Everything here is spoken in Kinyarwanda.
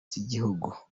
z’igihugu